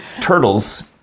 turtles